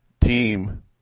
team